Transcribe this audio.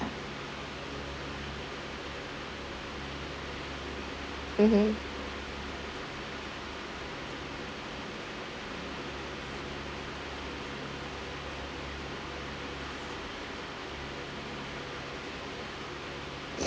mmhmm